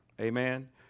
Amen